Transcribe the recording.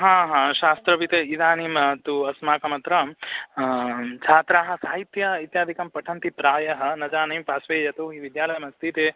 हा हा शास्त्रवित् इदानीं तु अस्माकमत्र छात्राः साहित्यं इत्यादिकं पठन्ति प्रायः न जाने पार्श्वे यतो हि विद्यालयमस्ति ते